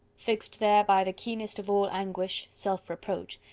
fixed there by the keenest of all anguish, self-reproach,